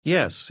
Yes